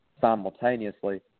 simultaneously